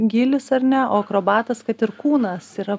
gylis ar ne o akrobatas kad ir kūnas yra